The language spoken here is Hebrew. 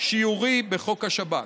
שיורי בחוק השב"כ.